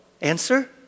Answer